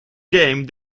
game